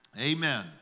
Amen